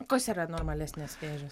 kas yra normalesnės vėžės